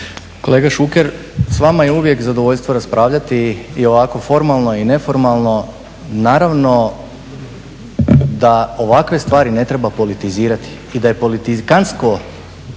Kolega Šuker, s vama je uvijek zadovoljstvo raspravljati i ovako formalno i neformalno. Naravno da ovakve stvari ne treba politizirati i da je politikantsko